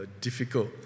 difficult